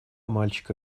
мальчика